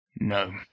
No